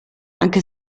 anche